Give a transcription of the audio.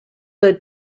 led